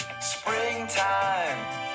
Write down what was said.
Springtime